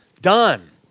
done